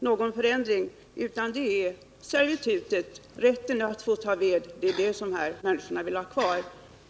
någon ändring. Det är servitutet, rätten att få ta ved, som de här människorna vill ha kvar.